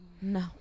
No